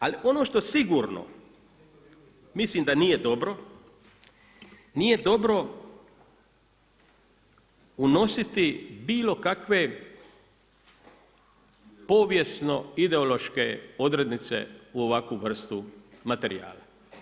Ali ono što sigurno mislim da nije dobro, nije dobro unositi bilo kakve povijesno ideološke odrednice u ovakvu vrstu materijala.